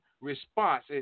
response